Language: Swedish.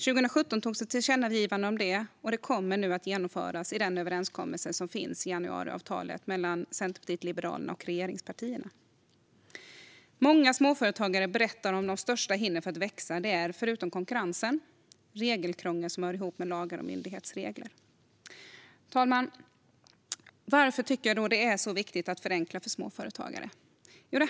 År 2017 gjordes ett tillkännagivande om detta. Nu kommer det att genomföras i och med överenskommelsen i januariavtalet mellan Centerpartiet, Liberalerna och regeringspartierna. Många småföretagare berättar om att de största hindren för att växa, förutom konkurrensen, är det regelkrångel som hör ihop med lagar och myndighetsregler. Herr talman! Varför tycker jag då att det är så viktigt att förenkla för småföretagare?